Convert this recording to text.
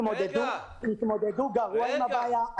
התמודדו גרוע עם הבעיה,